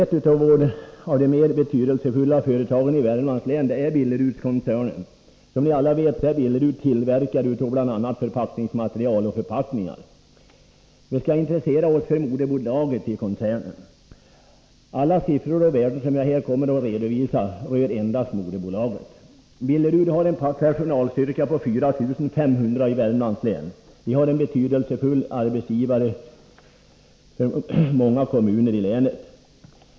Ett av de mest betydelsefulla företagen i Värmlands län är Billerudskoncernen. Som ni alla vet är Billerud tillverkare av bl.a. förpackningsmaterial och förpackningar. Vi skall här intressera oss för moderbolaget i koncernen. De siffror och värden som jag kommer att redovisa rör endast moderbolaget. Billerud har en personalstyrka på 4 500 personer i Värmlands län. Företaget är en betydelsefull arbetsgivare för många kommuner i länet.